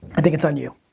i think it's on you.